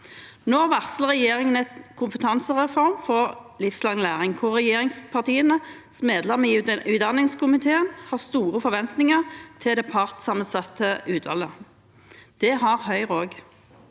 Nå varsler regjeringen en kompetansereform for livslang læring, hvor regjeringspartienes medlemmer i utdanningskomiteen har store forventninger til det partssammensatte utvalget. Det har Høyre også.